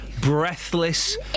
breathless